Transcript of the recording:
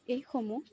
এইসমূহ